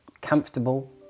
comfortable